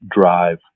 drive